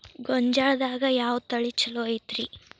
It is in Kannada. ಗೊಂಜಾಳದಾಗ ಯಾವ ತಳಿ ಛಲೋ ಐತ್ರಿ?